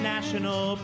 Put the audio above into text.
National